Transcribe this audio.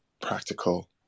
practical